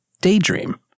Daydream